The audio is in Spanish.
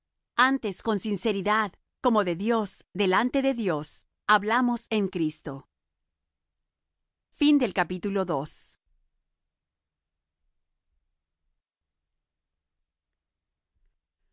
antes con sinceridad como de dios delante de dios hablamos en cristo